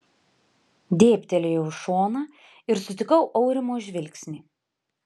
dėbtelėjau į šoną ir sutikau aurimo žvilgsnį